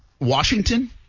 Washington